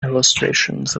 illustrations